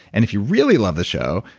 and if you really love the show,